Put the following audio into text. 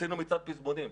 עשינו מצעד פזמונים.